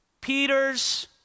Peter's